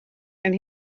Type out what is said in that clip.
and